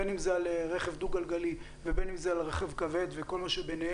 בין אם זה על רכב דו-גלגלי ובין אם זה על רכב כבד וכל מה שביניהם,